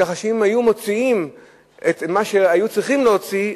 כך שאם היו מוציאים את מה שהיו צריכים להוציא,